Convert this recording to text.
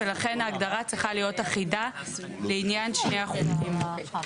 ולכן ההגדרה צריכה להיות אחידה לעניין שני החוקים.